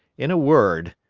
in a word,